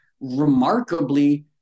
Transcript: remarkably